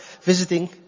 visiting